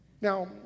Now